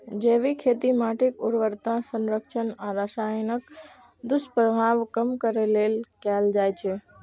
जैविक खेती माटिक उर्वरता संरक्षण आ रसायनक दुष्प्रभाव कम करै लेल कैल जाइ छै